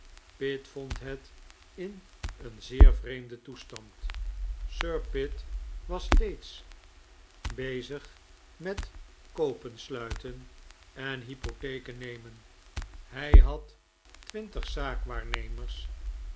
pitt vond het in een zeer vreemden toestand sir pitt was steeds bezig met koopen sluiten en hypotheken nemen hij had twintig